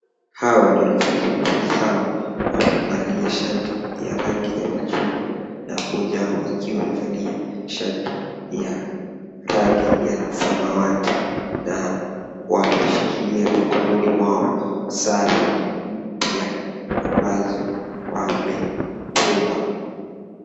Hawa ni wanafunzi. Wanafunzi hawa wamevalia shati ya rangi ya machungwa na mmoja wao akiwa amevalia shati ya rangi ya samawati na wameshikilia mikononi mwao sare mpya ambazo wamepewa.